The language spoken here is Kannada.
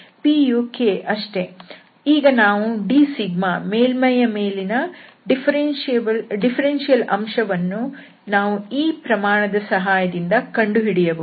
p ಯು k ಅಷ್ಟೇ ಈಗ ನಾವು d ಮೇಲ್ಮೈಯ ಮೇಲಿನ ಡಿಫರೆನ್ಷಿಯಲ್ ಅಂಶ ವನ್ನು ನಾವು ಈ ಪ್ರಮಾಣದ ಸಹಾಯದಿಂದ ಕಂಡುಹಿಡಿಯಬಹುದು